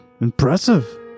impressive